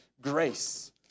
grace